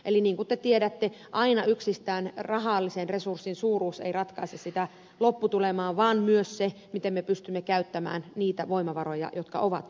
eli niin kuin te tiedätte aina yksistään rahallisen resurssin suuruus ei ratkaise sitä lopputulemaa vaan myös se miten me pystymme käyttämään niitä voimavaroja jotka ovat olemassa